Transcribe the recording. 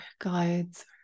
guides